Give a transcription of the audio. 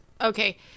Okay